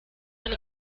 ein